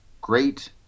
great